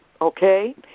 okay